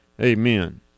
Amen